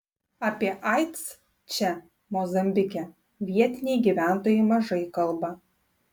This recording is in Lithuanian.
apie aids čia mozambike vietiniai gyventojai mažai kalba